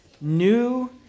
New